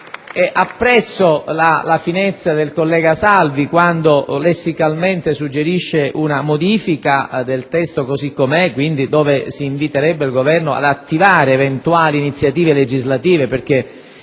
inoltre, la finezza del collega Salvi quando lessicalmente suggerisce una modifica del testo così com'è, quindi là dove si inviterebbe il Governo ad attivare eventuali iniziative legislative: non